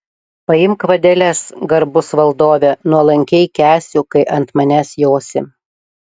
paimk vadeles garbus valdove nuolankiai kęsiu kai ant manęs josi